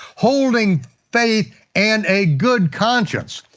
holding faith and a good conscience.